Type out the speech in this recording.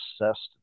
obsessed